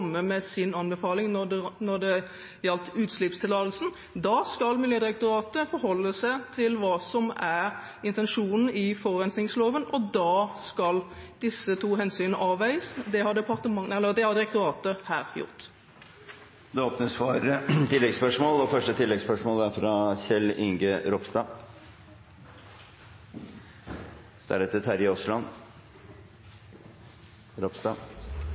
med sin anbefaling når det gjaldt utslippstillatelsen. Da skal Miljødirektoratet forholde seg til hva som er intensjonen i forurensningsloven, og da skal disse to hensynene avveies. Det har direktoratet her gjort. Det åpnes for oppfølgingsspørsmål – først Kjell Ingolf Ropstad. Det vekte harme hos undertegnede og